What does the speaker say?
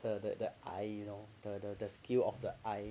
the the the eye lah the the skill of the eye